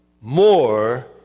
more